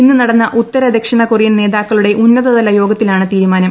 ഇന്ന് നടന്ന ഉത്തര ദക്ഷിണ കൊറിയൻ നേതാക്കളുടെ ഉന്നതതല യോഗത്തിലാണ് തീരുമാനം